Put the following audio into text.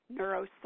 neuroscience